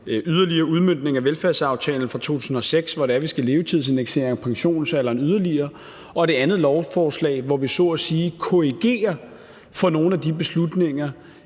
yderligere udmøntning af velfærdsaftalen fra 2006, hvor vi skal levetidsindeksere pensionsalderen yderligere, og det andet lovforslag, hvor vi så at sige korrigerer for nogle af de beslutninger